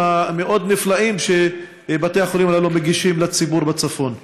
המאוד-נפלאים שבתי החולים הללו מגישים לציבור בצפון.